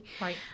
right